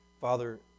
Father